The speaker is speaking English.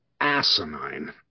asinine